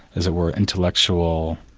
as it were, intellectual,